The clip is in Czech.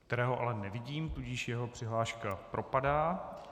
Kterého ale nevidím, tudíž jeho přihláška propadá.